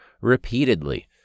repeatedly